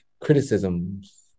criticisms